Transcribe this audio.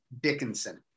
Dickinson